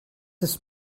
ist